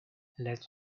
let